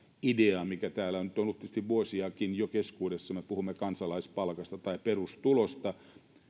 ideaa mikä täällä nyt on ollutkin tietysti vuosia jo keskuudessamme kun me puhumme kansalaispalkasta tai perustulosta